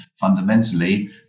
fundamentally